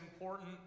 important